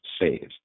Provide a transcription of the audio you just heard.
save